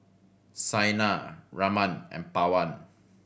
Saina Raman and Pawan